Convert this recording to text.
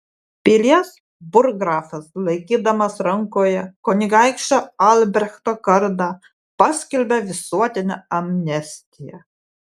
pilies burggrafas laikydamas rankoje kunigaikščio albrechto kardą paskelbė visuotinę amnestiją